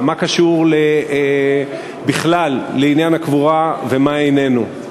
מה קשור בכלל לעניין הקבורה ומה איננו.